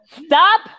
Stop